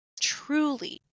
truly